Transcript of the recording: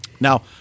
now